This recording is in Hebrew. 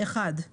- מועדים